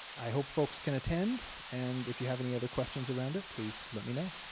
i hope folks can attend. and if you have any other questions around it please let me know.